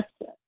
yes